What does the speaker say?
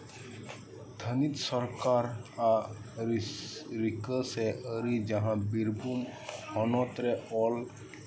ᱛᱷᱟᱱᱤᱛ ᱥᱚᱨᱠᱟᱨᱟᱜ ᱨᱤᱠᱟᱹ ᱥᱮ ᱟᱹᱨᱤ ᱡᱟᱸᱦᱟ ᱵᱤᱨᱵᱷᱩᱢ ᱦᱚᱱᱚᱛᱨᱮ ᱚᱞ